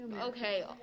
Okay